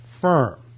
firm